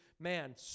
Man